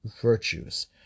virtues